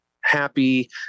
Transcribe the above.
happy